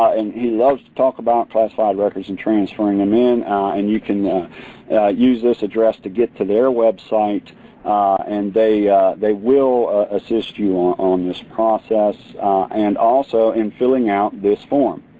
ah he loves to talk about classified records and transferring them in and you can use this address to get to their website and they they will assist you on on this process and also in filling out this form.